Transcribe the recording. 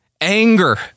Anger